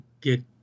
get